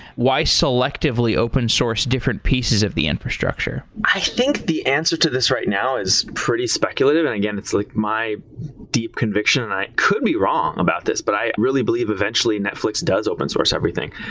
why selectively open source different pieces of the infrastructure? i think the answer to this right now is pretty speculative, and again it's like my deep conviction and i could be wrong about this, but i really believe eventually netflix does open source everything.